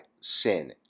sin